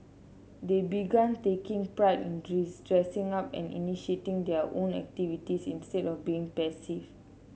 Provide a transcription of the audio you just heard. they began taking pride in dressing up and initiating their own activities instead of being passive